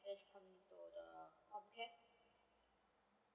that's coming for the okay